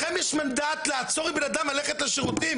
לכם יש מנדט לעצור מבן אדם ללכת לשירותים?